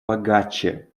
богаче